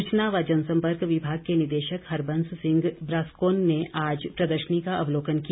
सूचना एवं जन सम्पर्क विभाग के निदेशक हरबंस सिंह ब्रॉसकोन ने आज प्रदर्शनी का अवलोकन किया